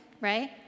right